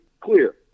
clear